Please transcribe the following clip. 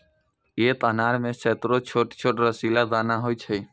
एक अनार मे सैकड़ो छोट छोट रसीला दाना होइ छै